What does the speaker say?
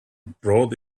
brought